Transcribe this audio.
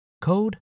code